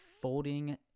folding